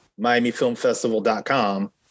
MiamiFilmFestival.com